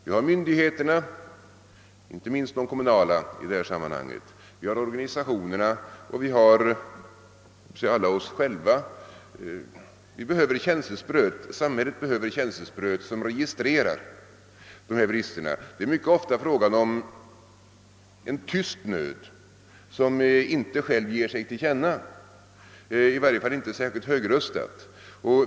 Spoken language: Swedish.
Samhället behöver känselspröt som registrerar dessa brister: det gäller myndigheterna — inte minst de kommunala — organisationerna och oss alla enskilda. Det är mycket ofta fråga om en tyst nöd som inte själv ger sig till känna, i varje fall inte särskilt högröstat.